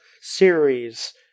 series